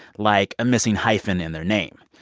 like a missing hyphen in their name.